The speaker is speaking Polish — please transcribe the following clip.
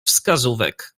wskazówek